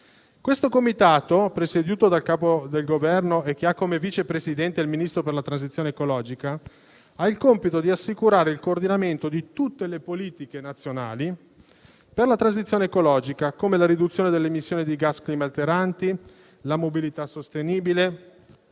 Questo Comitato, presieduto dal Capo del Governo, con il Ministro per la transizione ecologica come vicepresidente, ha il compito di assicurare il coordinamento di tutte le politiche nazionali per la transizione ecologica, come la riduzione delle emissioni di gas climalteranti, la mobilità sostenibile,